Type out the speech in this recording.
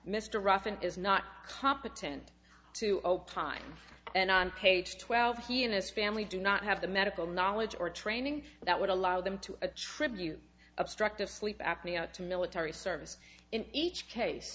and is not competent to opine and on page twelve he and his family do not have the medical knowledge or training that would allow them to attribute obstructive sleep apnea to military service in each case